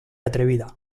atrevida